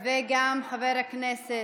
וגם חבר הכנסת,